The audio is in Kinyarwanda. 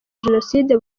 jenoside